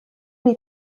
les